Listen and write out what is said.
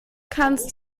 kannst